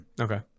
Okay